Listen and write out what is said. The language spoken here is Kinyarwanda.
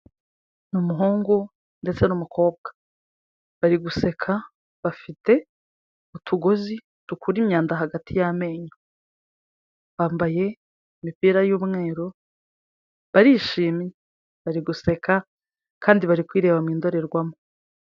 Ni umuhungu ndetse n'umukobwa, bari guseka bafite utugozi dukura imyanda hagati y'amenyo, bambaye imipira y'umweru barishimye bari guseka kandi bari kwireba mu ndorerwamo.